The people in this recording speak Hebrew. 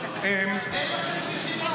אין לכם 61?